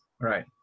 Right